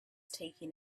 taking